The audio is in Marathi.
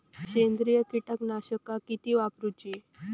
सेंद्रिय कीटकनाशका किती वापरूची?